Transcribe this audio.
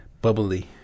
bubbly